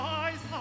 eyes